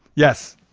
yes,